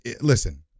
Listen